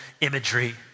imagery